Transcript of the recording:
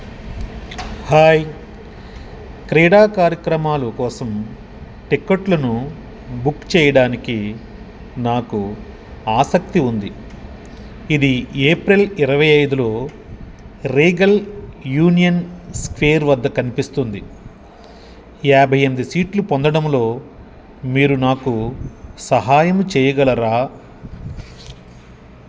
hi క్రీడా కార్యక్రమాలు కోసం టిక్కట్లును బుక్ చెయ్యడానికి నాకు ఆసక్తి ఉంది ఇది ఏప్రిల్ ఇరవై ఐదులో రీగల్ యూనియన్ స్క్వేర్ వద్ద కనిపిస్తుంది యాభై ఎనిమిది సీట్లు పొందడంలో మీరు నాకు సహాయము చెయ్యగలరా